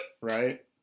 Right